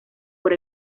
por